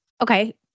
okay